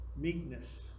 Meekness